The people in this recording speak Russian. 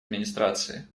администрации